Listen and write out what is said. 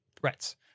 threats